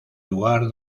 lugar